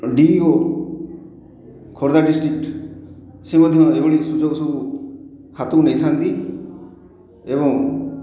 DEO Khordha district ସିଏ ମଧ୍ୟ ଏଇ ଭଳି ସୁଯୋଗ ସବୁ ହାତକୁ ନେଇଥାନ୍ତି ଏବଂ